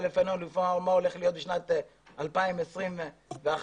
לגבי מה שהולך להיות בשנת 2021 והלאה,